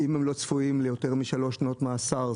אם הם לא צפויים ליותר משלוש שנות מאסר,